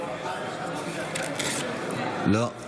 לא.